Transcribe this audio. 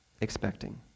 expecting